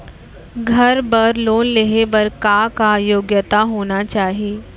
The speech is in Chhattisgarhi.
घर बर लोन लेहे बर का का योग्यता होना चाही?